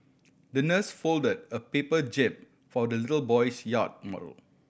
the nurse folded a paper jib for the little boy's yacht model